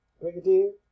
Brigadier